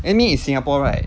amy is singapore right